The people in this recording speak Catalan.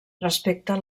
respecta